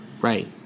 Right